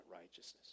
righteousness